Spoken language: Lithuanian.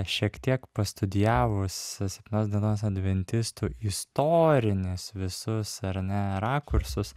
šiek tiek pastudijavus septintos dienos adventistų istorinius visus ar ne rakursus